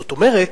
זאת אומרת,